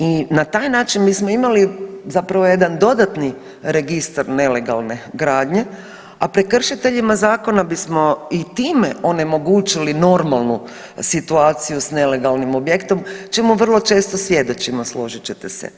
I na taj način bismo imali zapravo jedan dodatni registar nelegalne gradnje, a prekršiteljima zakona bismo i time onemogućili normalnu situaciju s nelegalnim objektom čemu vrlo često svjedočimo složit ćete se.